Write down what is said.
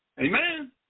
Amen